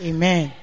Amen